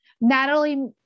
Natalie